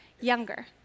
younger